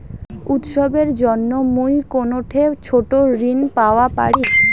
উৎসবের জন্য মুই কোনঠে ছোট ঋণ পাওয়া পারি?